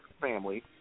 family